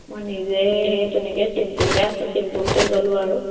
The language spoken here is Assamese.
মই নিজেই সেই তেনেকে চিম্পুলকে আছোঁ চিম্পুলকে গ'লোঁ আৰু